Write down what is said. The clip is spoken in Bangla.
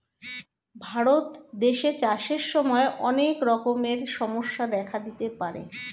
ভারত দেশে চাষের সময় অনেক রকমের সমস্যা দেখা দিতে পারে